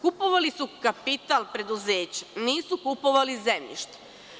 Kupovali su kapital preduzeća, nisu kupovali zemljište.